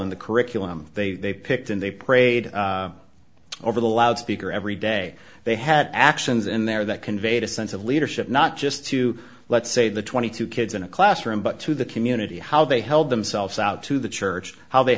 in the curriculum they picked and they prayed over the loudspeaker every day they had actions in there that conveyed a sense of leadership not just to let's say the twenty two kids in a classroom but to the community how they held themselves out to the church how they